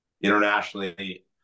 Internationally